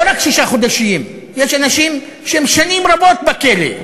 לא רק שישה חודשים, יש אנשים שהם שנים רבות בכלא.